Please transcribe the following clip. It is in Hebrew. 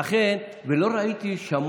לכן הוא לא אמר לך את זה.